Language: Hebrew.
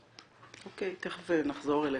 אוקיי, תיכף נחזור אליך.